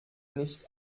nicht